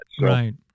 Right